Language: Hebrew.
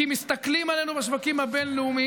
כי מסתכלים עלינו בשווקים הבין-לאומיים,